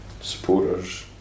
supporters